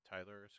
Tyler